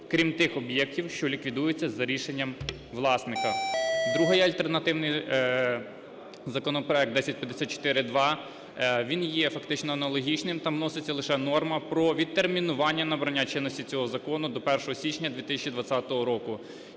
крім тих об'єктів, що ліквідуються за рішенням власника. Другий альтернативний законопроект 1054-2, він є фактично аналогічним, там вноситься лише норма про відтермінування набрання чинності цього закону до 1 січня 2020 року.